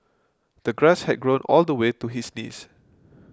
the grass had grown all the way to his knees